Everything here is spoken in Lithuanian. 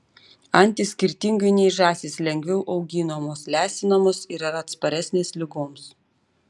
antys skirtingai nei žąsys lengviau auginamos lesinamos ir yra atsparesnės ligoms